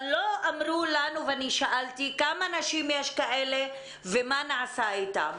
אבל לא אמרו לנו ואני שאלתי כמה נשים כאלה יש ומה נעשה איתן.